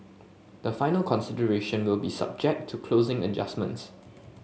the final consideration will be subject to closing adjustments